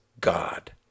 God